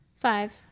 Five